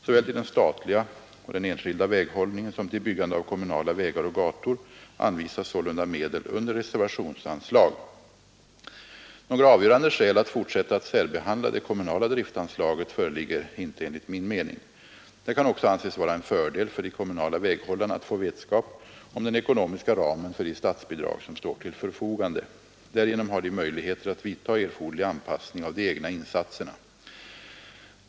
Såväl till den statliga och den enskilda väghållningen som till byggande av kommunala vägar och gator anvisas sålunda medel under reservationsanslag. Några avgörande skäl att fortsätta att särbehandla det kommunala driftanslaget föreligger inte enligt min mening. Det kan också anses vara en fördel för de kommunala väghållarna att få vetskap om den ekonomiska ramen för de statsbidrag som står till förfogande. Därigenom har de möjligheter att vidta erforderlig anpassning av de egna insatserna.